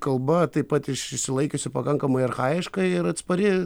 kalba taip pat iš išsilaikiusi pakankamai archajiškai ir atspari